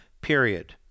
period